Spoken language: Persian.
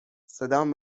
صدام